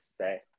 say